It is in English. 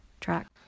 track